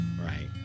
right